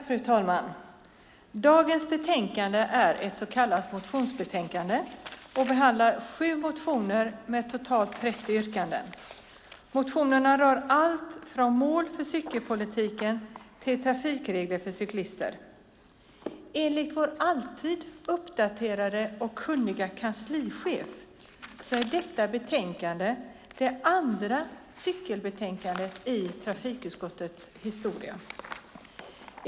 Fru talman! Dagens betänkande är ett så kallat motionsbetänkande, och där behandlas sju motioner med totalt 30 yrkanden. Motionerna rör allt från mål för cykelpolitiken till trafikregler för cyklister. Enligt vår alltid uppdaterade och kunnige kanslichef är detta betänkande det andra cykelbetänkandet i trafikutskottets historia.